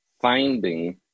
finding